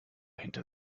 hinter